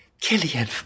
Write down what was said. Killian